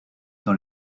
dans